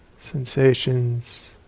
sensations